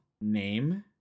name